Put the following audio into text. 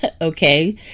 Okay